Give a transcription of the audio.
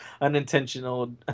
unintentional